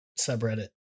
subreddit